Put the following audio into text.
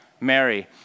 Mary